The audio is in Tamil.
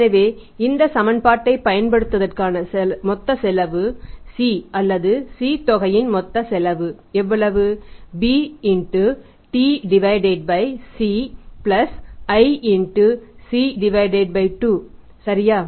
எனவே இந்த சமன்பாட்டைப் பயன்படுத்துவதற்கான மொத்த செலவு C அல்லது C தொகையின் மொத்த செலவு எவ்வளவு bTCic2 சரியா